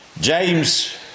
James